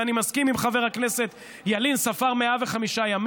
ואני מסכים עם חבר הכנסת ילין, ספר 105 ימים.